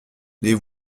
les